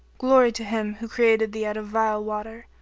glory to him who created thee out of vile water,